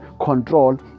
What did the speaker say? control